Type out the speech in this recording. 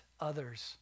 others